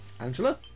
Angela